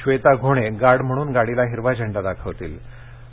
Shweta Ghone guard म्हणून गाडीला हिरवा झेंडा दाखवतील